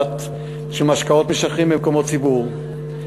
של משקאות משכרים במקומות ציבוריים.